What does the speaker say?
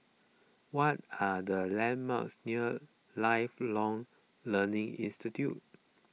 what are the landmarks near Lifelong Learning Institute